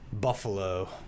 buffalo